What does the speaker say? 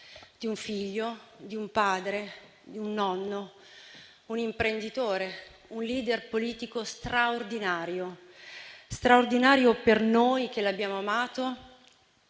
di un figlio, di un padre, di un nonno, di un imprenditore, di un *leader* politico straordinario. Straordinario per noi che l'abbiamo amato,